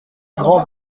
grands